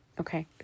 okay